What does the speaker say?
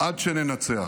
עד שננצח"